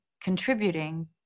contributing